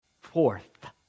Fourth